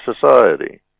society